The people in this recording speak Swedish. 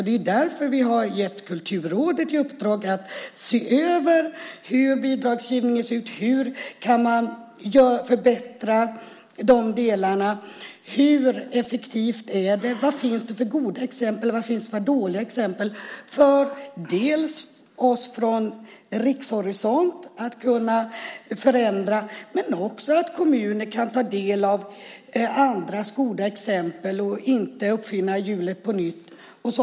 Det är därför vi har gett Kulturrådet i uppdrag att se över hur bidragsgivningen ser ut, hur man kan förbättra de delarna, hur effektiv den är och vad det finns för goda respektive dåliga exempel - dels för att vi från en rikshorisont ska kunna göra förändringar, dels för att kommuner ska kunna ta del av andras goda exempel och inte behöva uppfinna hjulet på nytt.